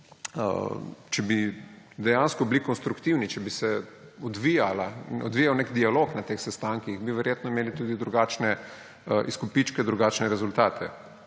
če bi dejansko bili konstruktivni, če bi se odvijal nek dialog na teh sestankih, bi verjetno imeli tudi drugačne izkupičke, drugačne rezultate.